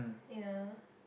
ya